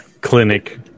clinic